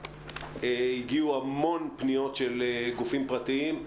הגיעו המון פניות של גופים פרטיים.